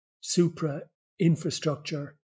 supra-infrastructure